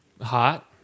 Hot